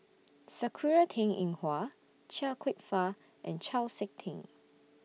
Sakura Teng Ying Hua Chia Kwek Fah and Chau Sik Ting